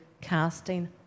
casting